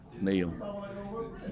Neil